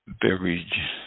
beverage